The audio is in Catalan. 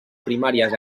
primàries